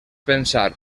pensar